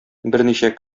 берничә